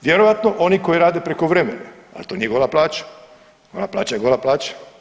Vjerojatno oni koji rade prekovremene, ali to nije gola plaća, gola plaća je gola plaća.